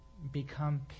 Become